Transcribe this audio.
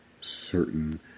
certain